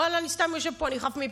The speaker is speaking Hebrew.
ואללה, אני סתם יושב פה, אני חף מפשע.